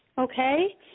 Okay